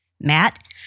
Matt